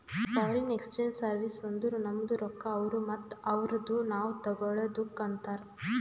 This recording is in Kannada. ಫಾರಿನ್ ಎಕ್ಸ್ಚೇಂಜ್ ಸರ್ವೀಸ್ ಅಂದುರ್ ನಮ್ದು ರೊಕ್ಕಾ ಅವ್ರು ಮತ್ತ ಅವ್ರದು ನಾವ್ ತಗೊಳದುಕ್ ಅಂತಾರ್